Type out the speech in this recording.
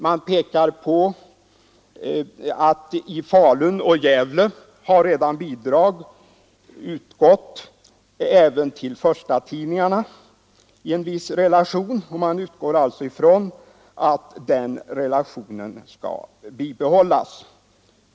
Man pekar på att i Falun och Gävle har redan bidrag utgått även till förstatidningarna i en viss relation, och man utgår från att den relationen skall bibehållas.